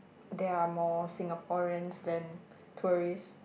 there are more Singaporeans than tourists